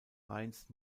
rheins